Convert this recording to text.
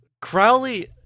Crowley